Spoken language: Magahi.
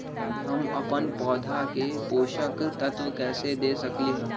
हम अपन पौधा के पोषक तत्व कैसे दे सकली ह?